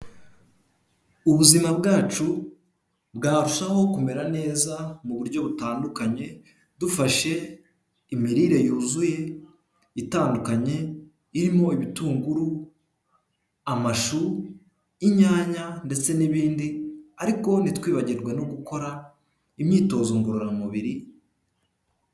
Ubuzima bwacu bwarushaho kumera neza mu buryo butandukanye, dufashe imirire yuzuye itandukanye, irimo ibitunguru amashu, inyanya ndetse n'ibindi ariko ntitwibagirwe no gukora imyitozo ngororamubiri...